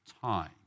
time